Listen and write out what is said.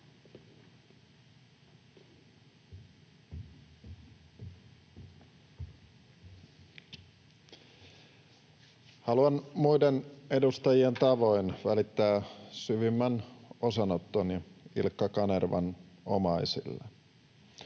Haluan muiden edustajien tavoin välittää syvimmän osanottoni Ilkka Kanervan omaisille.